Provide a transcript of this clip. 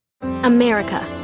America